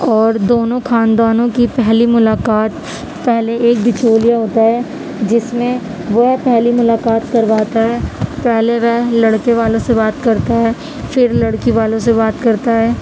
اور دونوں خاندانوں کی پہلی ملاقات پہلے ایک بچولیا ہوتا ہے جس میں وہ پہلی ملاقات کرواتا ہے پہلے وہ لڑکے والوں سے بات کرتا ہے پھر لڑکی والوں سے بات کرتا ہے